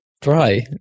try